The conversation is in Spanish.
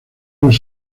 los